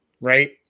right